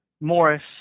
Morris